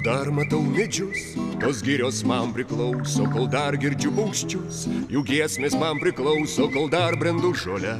dar matau medžius tos girios man priklauso kol dar girdžiu paukščius jų giesmės man priklauso kol dar brendu žole